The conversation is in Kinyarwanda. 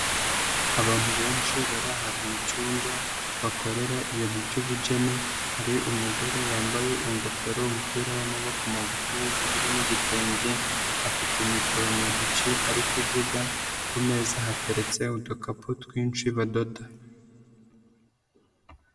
Abantu benshi bari ahantu mu cyumba bakorera ibintu byubugeni, hari umugore wambaye ingofero, umupira w'amaboko magufi w'ubururu n'igitenge, afite mikoro mu ntoki ari kuvuga ku mezaeza hateretse udukapu twinshi badoda.